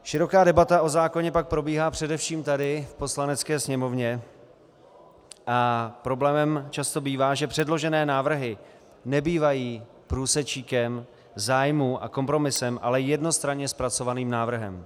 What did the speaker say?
Široká debata o zákoně pak probíhá především tady v Poslanecké sněmovně a problémem často bývá, že předložené návrhy nebývají průsečíkem zájmů a kompromisem, ale jednostranně zpracovaným návrhem.